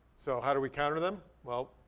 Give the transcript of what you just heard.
so how do we counter them? well,